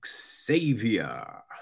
Xavier